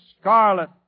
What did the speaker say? scarlet